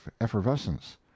effervescence